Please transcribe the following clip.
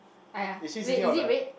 !aiya! wait is it red